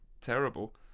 terrible